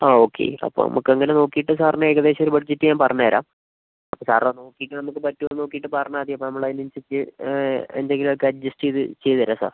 ആ ഓക്കെ അപ്പോൾ നമുക്കങ്ങനെ നോക്കിയിട്ട് സാറിന് ഏകദേശം ഒരു ബഡ്ജറ്റ് ഞാൻ പറഞ്ഞു തരാം അപ്പം സാറത് നോക്കിയിട്ട് നമുക്ക് പറ്റുമോന്നു നോക്കിയിട്ട് പറഞ്ഞാൽ മതി അപ്പം നമ്മളതിന് അനുസരിച്ചു എന്തെങ്കിലും ഒക്കെ അഡ്ജസ്റ്റ് ചെയ്തു ചെയ്തു തരാം സാർ